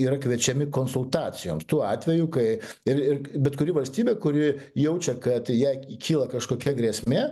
yra kviečiami konsultacijoms tuo atveju kai ir ir bet kuri valstybė kuri jaučia kad jai kyla kažkokia grėsmė